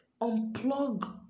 unplug